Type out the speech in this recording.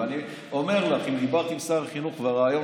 תראו מה קורה, איזה חסרי אחריות.